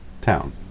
town